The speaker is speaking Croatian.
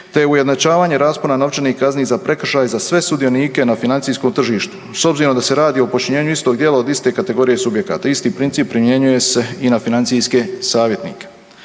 te ujednačavanje raspona novčanih kazni za prekršaj za sve sudionike na financijskom tržištu. S obzirom da se radi o počinjenju istog dijela od iste kategorije subjekata, isti princip primjenjuje se i na financijske savjetnike.